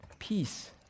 Peace